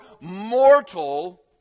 mortal